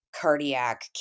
Cardiac